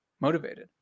motivated